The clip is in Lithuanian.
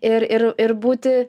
ir ir ir būti